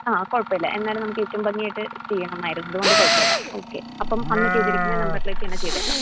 ആ കുഴപ്പം ഇല്ല എന്നാലും നമുക്ക് ഏറ്റവും ഭംഗിയായിട്ട് ചെയ്യണമായിരുന്നു അതുകൊണ്ട് കുഴപ്പമില്ല അപ്പം അന്ന് ചെയ്തിരിക്കുന്ന നമ്പറിലേക്ക് തന്നെ ചെയ്തേക്കാം